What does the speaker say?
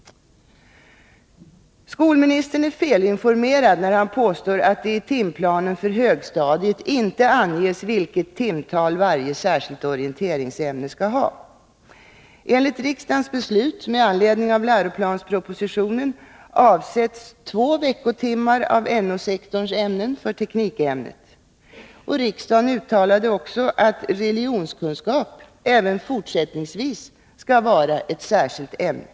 Skolministern är felinformerad när han påstår att det i timplanen för högstadiet inte anges vilket timtal varje särskilt orienteringsämne skall ha. Enligt riksdagens beslut med anledning av läroplanspropositionen avsätts två veckotimmar av den naturorienterande sektorns ämnen för teknikämnet. Riksdagen uttalade också att religionskunskap även fortsättningsvis skall vara ett särskilt ämne.